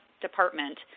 department